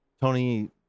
Tony